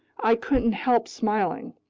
i couldn't help smiling.